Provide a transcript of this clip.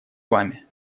вами